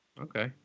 okay